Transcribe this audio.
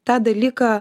tą dalyką